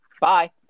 Bye